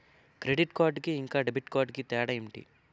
Credit card కి ఇంకా debit card కి తేడా ఏంటి?